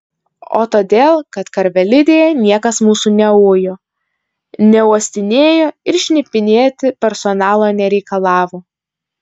o todėl kad karvelidėje niekas mūsų neujo neuostinėjo ir šnipinėti personalo nereikalavo